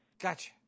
Gotcha